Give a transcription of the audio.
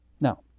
Now